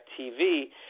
TV